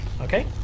Okay